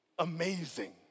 Amazing